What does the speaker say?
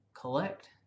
collect